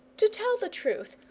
to tell the truth,